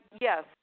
yes